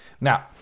Now